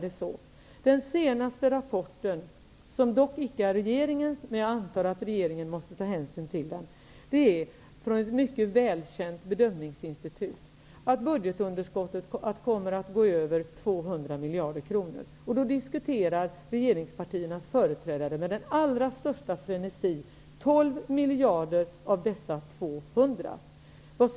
I den senaste rapporten -- som dock inte är regeringens, men jag antar att regeringen måste ta hänsyn till den -- från ett välkänt bedömningsinstitut, framgår det att budgetunderskottet kommer att gå över 200 miljarder kronor. Då diskuterar regeringspartiernas företrädare med den allra största frenesi 12 miljarder kronor av dessa 200 miljarder kronor.